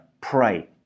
Pray